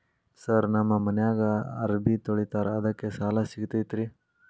Sir ನಮ್ಮ ಮನ್ಯಾಗ ಅರಬಿ ತೊಳಿತಾರ ಅದಕ್ಕೆ ಸಾಲ ಸಿಗತೈತ ರಿ?